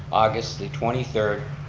august the twenty third,